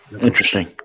Interesting